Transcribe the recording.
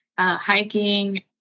Hiking